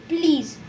Please